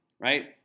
right